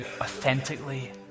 authentically